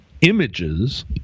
images